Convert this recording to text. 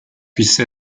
puisse